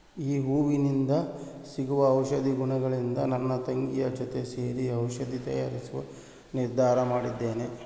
ಈ ಹೂವಿಂದ ಸಿಗುವ ಔಷಧಿ ಗುಣಗಳಿಂದ ನನ್ನ ತಂಗಿಯ ಜೊತೆ ಸೇರಿ ಔಷಧಿ ತಯಾರಿಸುವ ನಿರ್ಧಾರ ಮಾಡಿದ್ದೇನೆ